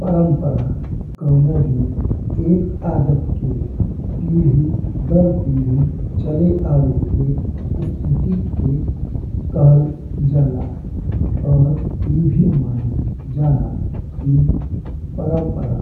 परंपरा कऊनो भी एक आदत के पीढ़ी दर पीढ़ी चले आवे के स्थिति के कहल जाला। और ई भी मनल जाला कि परंपरा